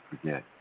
forget